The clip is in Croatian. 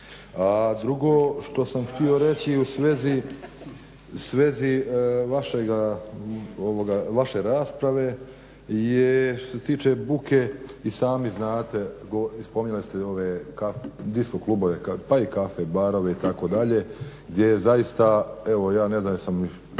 Drugo što sam htio reći u svezi vaše rasprave što se tiče buke i sami znate, i spominjali ste ove disko klubove pa i caffe barove itd. gdje je zaista evo ja ne znam dal sam